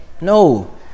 No